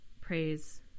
praise